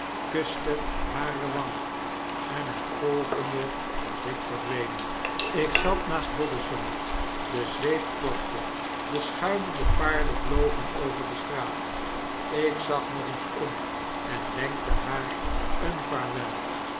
armen kustehare wang en het volgende was ik verdwenen ik zat naast bodesson de zweep klapte de schuimende paarden vlogen over de straat ik zag nog eens om en wenkte haar een vaarwel